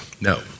No